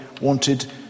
wanted